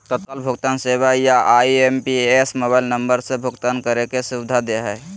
तत्काल भुगतान सेवा या आई.एम.पी.एस मोबाइल नम्बर से भुगतान करे के सुविधा दे हय